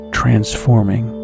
transforming